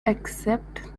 accept